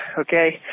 okay